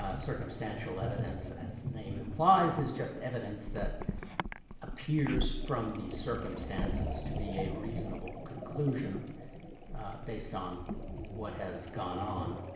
ah circumstantial evidence as the name implies is just evidence that appears from the circumstances to be a reasonable conclusion based on what has gone on.